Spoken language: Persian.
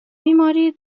بیماری